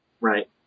Right